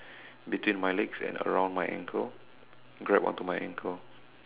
between my legs and around my ankle grab onto my ankle